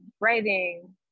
writing